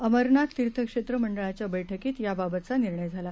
अमरनाथ तीर्थक्षेत्र मंडळाच्या बैठकीत याबाबतचा निर्णय झाला